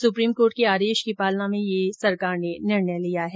supreme court के आदेश की पालना में यह सरकार ने यह निर्णय लिया है